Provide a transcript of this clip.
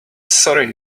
sorry